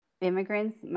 immigrants